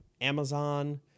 Amazon